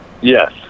Yes